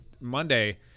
Monday